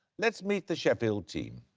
let's meet the sheffield team.